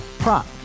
Prop